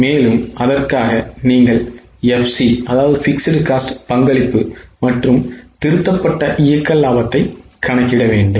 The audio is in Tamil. மேலும் அதற்காக நீங்கள் FC பங்களிப்பு மற்றும் திருத்தப்பட்ட இயக்க லாபத்தை கணக்கிட வேண்டும்